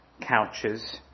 couches